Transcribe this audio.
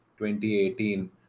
2018